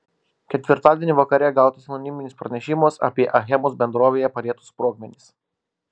ketvirtadienį vakare gautas anoniminis pranešimas apie achemos bendrovėje padėtus sprogmenis